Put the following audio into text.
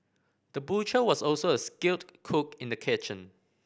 the butcher was also a skilled cook in the kitchen